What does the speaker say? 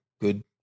good